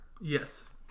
Yes